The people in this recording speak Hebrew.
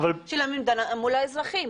של המדינה מול האזרחים.